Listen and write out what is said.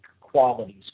qualities